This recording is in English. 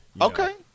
Okay